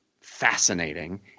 fascinating